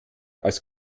als